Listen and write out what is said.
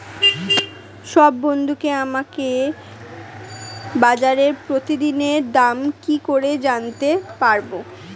সব বন্ধুকে আমাকে বাজারের প্রতিদিনের দাম কি করে জানাতে পারবো?